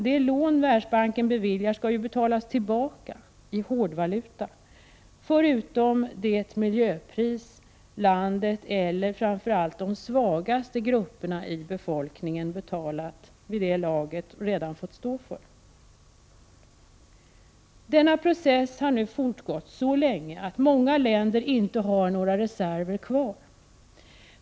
De lån som Världsbanken beviljar skall ju betalas tillbaka i hårdvaluta förutom det miljöpris som landet — eller framför allt de svagaste grupperna i befolkningen — vid det laget redan fått stå för. Denna process har nu fortgått så länge att många länder inte har några reserver kvar.